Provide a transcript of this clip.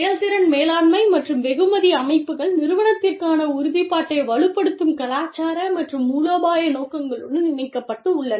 செயல்திறன் மேலாண்மை மற்றும் வெகுமதி அமைப்புகள் நிறுவனத்திற்கான உறுதிப்பாட்டை வலுப்படுத்தும் கலாச்சார மற்றும் மூலோபாய நோக்கங்களுடன் இணைக்கப்பட்டுள்ளன